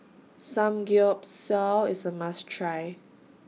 Samgeyopsal IS A must Try